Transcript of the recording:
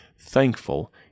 thankful